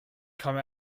come